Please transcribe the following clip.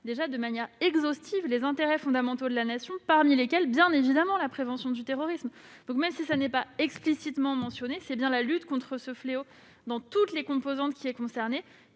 déjà de manière exhaustive les intérêts fondamentaux de la Nation, parmi lesquels figure, bien évidemment, la prévention du terrorisme. Même si elle n'est pas explicitement mentionnée, la lutte contre ce fléau dans toutes ses composantes est concernée,